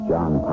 John